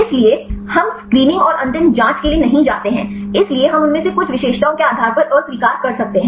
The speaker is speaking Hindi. इसलिए हम स्क्रीनिंग और अंतिम जाँच के लिए नहीं जाते हैं इसलिए हम इनमें से कुछ विशेषताओं के आधार पर अस्वीकार कर सकते हैं